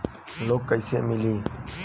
Loan कइसे मिलि?